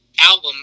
album